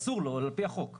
אסור לו על פי החוק.